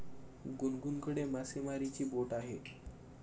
गुनगुनकडे मासेमारीची बोट आहे